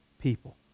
people